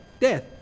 death